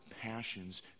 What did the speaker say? passions